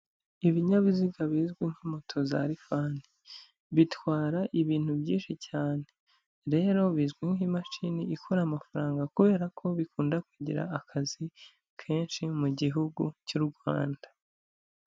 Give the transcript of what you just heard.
Ibinyabiziga bizwi nka moto za lifani bitwara ibintu byinshi cyane, rero bizwi nk'imashini ikora amafaranga, kubera ko bikunda kugira akazi kenshi mu gihugu cy'u Rwanda.